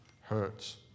hurts